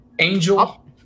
Angel